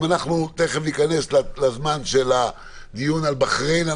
אם תיכף ניכנס לזמן של הדיון על בחריין,